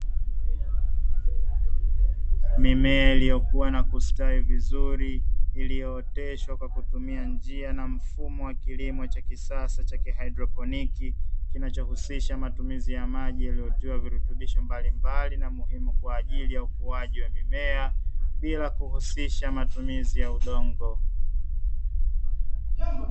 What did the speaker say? Mimea iliyokua na kustawi vizuri iliyooteshwa kwa kutumia njia na mfumo wa kilimo cha kisasa cha haidroponi, kinachohusisha matumizi ya maji yaliyotiwa virutubisho mbalimbali na muhimu, kwa ajili ya ukuaji wa mimea bila kuhusisha matumizi ya udongo.